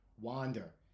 wander